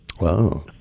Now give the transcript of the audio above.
Wow